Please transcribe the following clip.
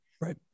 right